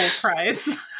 price